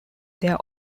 their